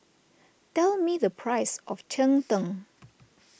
tell me the price of Cheng Tng